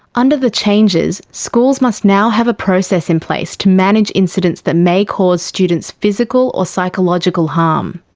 under the changes, schools must now have a process in place to manage incidents that may cause students physical or psychological harm.